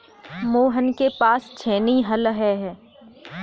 मोहन के पास छेनी हल है